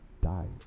died